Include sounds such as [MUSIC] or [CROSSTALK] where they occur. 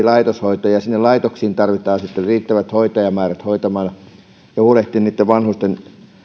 [UNINTELLIGIBLE] laitoshoitoa ja sinne laitoksiin tarvitaan sitten riittävät hoitajamäärät hoitamaan ja huolehtimaan vanhusten